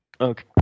Okay